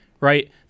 right